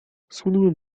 schudłem